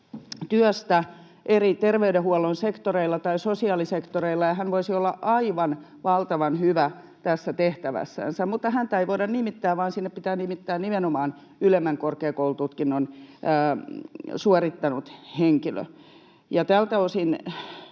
työstä eri terveydenhuollon sektoreilla tai sosiaalisektoreilla, ja hän voisi olla aivan valtavan hyvä tässä tehtävässänsä, mutta häntä ei voida nimittää, vaan sinne pitää nimittää nimenomaan ylemmän korkeakoulututkinnon suorittanut henkilö. Tältä osin